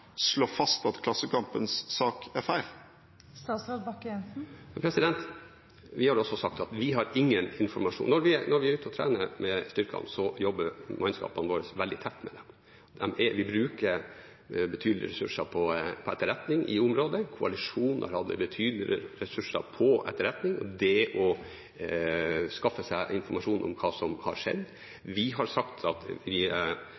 slå fast at Klassekampens sak er feil? Vi har også sagt at vi har ingen informasjon. Når vi er ute og trener med styrkene, jobber mannskapene våre veldig tett med dem. Vi bruker betydelige ressurser på etterretning i området, koalisjonen har hatt betydelige ressurser på etterretning og det å skaffe seg informasjon om hva som har skjedd. Vi